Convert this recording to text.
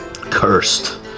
cursed